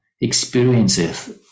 experiences